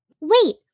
Wait